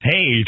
Hey